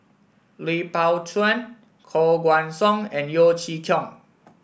Lui Pao Chuen Koh Guan Song and Yeo Chee Kiong